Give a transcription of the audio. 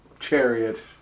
Chariot